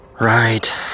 Right